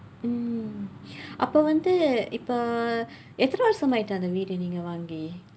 mm அப்போ வந்து இப்ப எத்தனை வருடம் ஆகிவிட்டது வீட்டை நீங்க வாங்கி:appoo vandthu ippa eththanai varudam aakivitdathu viitdai niingka vaangki